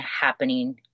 happening